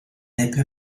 épais